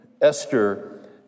Esther